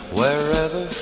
wherever